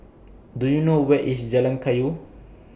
Do YOU know Where IS Jalan Kayu